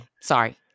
Sorry